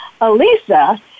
Alisa